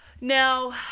now